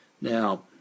Now